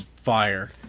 fire